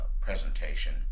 presentation